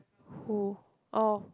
who oh